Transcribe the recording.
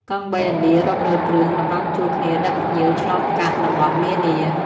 កង់បីឥណ្ឌារាប់រយគ្រឿងតម្រង់ជួរគ្នាដឹកភ្ញៀវឆ្លងកាត់តំបន់នានា។